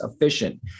efficient